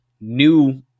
new